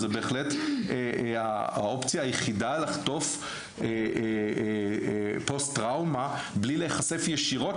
וזה בהחלט האופציה היחידה לחטוף פוסט-טראומה מבלי להיחשף ישירות